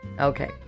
Okay